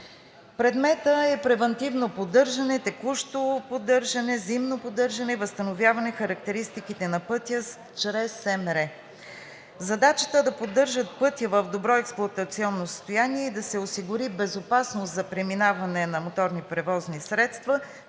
Предметът е превантивно поддържане, текущо поддържане, зимно поддържане и възстановяване характеристиките на пътя чрез СМР. Задачата е да поддържат пътя в добро експлоатационно състояние и да се осигури безопасност за преминаване на моторни превозни средства,